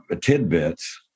tidbits